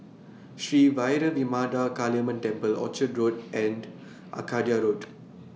Sri Vairavimada Kaliamman Temple Orchard Road and Arcadia Road